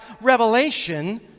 revelation